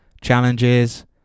challenges